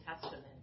Testament